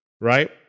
right